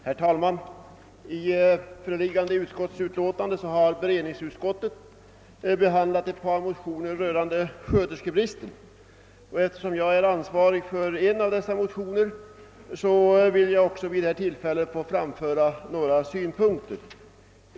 Herr talman! I föreliggande utskottsutlåtande har beredningsutskottet behandlat ett par motioner rörande sköterskebristen, och eftersom jag är ansvarig för en av de motionerna vill jag också här framföra några synpunkter.